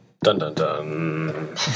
Dun-dun-dun